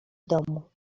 domu